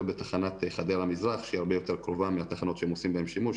בתחנת חדרה מזרח שהיא הרבה יותר קרובה מהתחנות שהם עושים בהם שימוש,